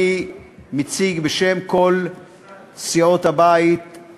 אני מציג את ההצעה בשם כל סיעות הבית.